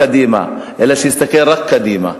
אלא שיסתכל רק קדימה,